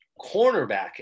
cornerback